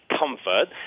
Comfort